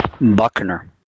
Buckner